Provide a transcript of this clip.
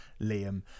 Liam